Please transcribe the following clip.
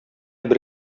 бер